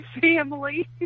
family